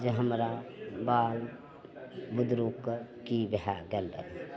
जे हमरा बाल बुदरुकके की देखा गेलय